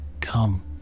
come